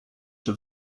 czy